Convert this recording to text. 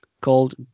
called